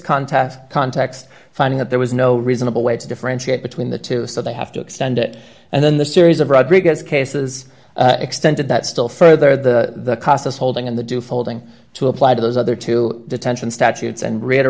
contests context finding that there was no reasonable way to differentiate between the two so they have to extend it and then the series of rodriguez cases extended that still further the cost us holding in the do folding to apply to those other two dollars detention statutes and re